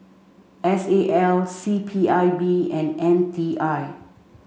S A L C P I B and M T I